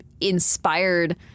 inspired